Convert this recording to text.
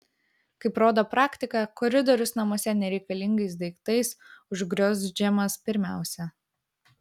kaip rodo praktika koridorius namuose nereikalingais daiktais užgriozdžiamas pirmiausia